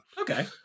Okay